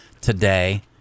today